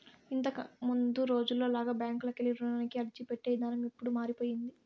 ఇంతకముందు రోజుల్లో లాగా బ్యాంకుకెళ్ళి రుణానికి అర్జీపెట్టే ఇదానం ఇప్పుడు మారిపొయ్యింది